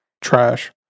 Trash